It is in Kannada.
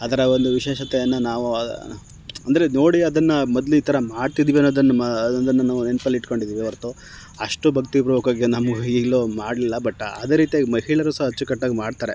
ಅದರ ಒಂದು ವಿಶೇಷತೆಯನ್ನು ನಾವು ಅಂದರೆ ನೋಡಿ ಅದನ್ನು ಮೊದ್ಲು ಈ ಥರ ಮಾಡ್ತಿದ್ವಿ ಅನ್ನೋದನ್ನು ಮ ಅನ್ನೋದನ್ನು ನಾವು ನೆನ್ಪಲ್ಲಿ ಇಟ್ಕೊಂಡಿದ್ದೀವಿ ಹೊರ್ತು ಅಷ್ಟು ಭಕ್ತಿ ಪೂರ್ವಕವಾಗಿ ಈಗ ನಮ್ಗೆ ಈಗಲೂ ಮಾಡಲಿಲ್ಲ ಬಟ್ ಅದೆ ರೀತಿಯಾಗಿ ಮಹಿಳೆಯರು ಸಹ ಅಚ್ಚುಕಟ್ಟಾಗಿ ಮಾಡ್ತಾರೆ